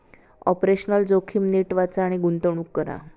operational जोखीम नीट वाचा आणि गुंतवणूक करा